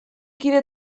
kide